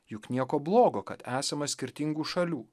juk nieko blogo kad esama skirtingų šalių